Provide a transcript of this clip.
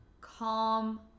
calm